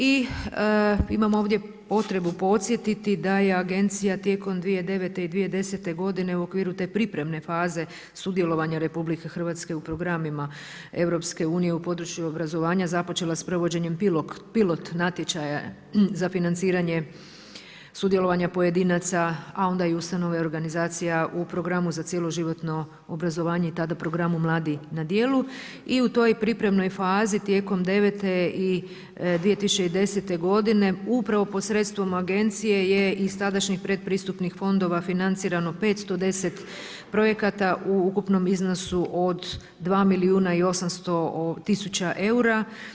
I imam ovdje potrebu podsjetiti da je agencija tijekom 2009. i 2010. godine u okviru te pripremne faze sudjelovanja RH u programima EU u području obrazovanja započela s provođenjem pilot natječaja za financiranje sudjelovanja pojedinaca, a onda i ustanove i organizacija u Programu za cjeloživotno obrazovanje i tada programu Mladi na djelu i u toj pripremnoj fazi tijekom 2009. i 2010. godine upravo posredstvom agencije je iz tadašnjih pretpristupnih fondova financirano 510 projekata u ukupnom iznosu od 2 milijuna i 800 tisuća eura.